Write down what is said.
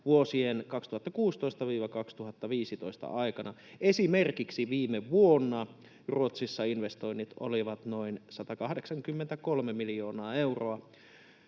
vuosien 2016—2025 aikana. Esimerkiksi viime vuonna Ruotsissa investoinnit olivat noin 183 miljoonaa euroa.